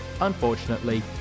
Unfortunately